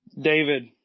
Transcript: David